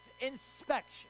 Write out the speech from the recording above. inspection